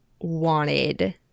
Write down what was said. wanted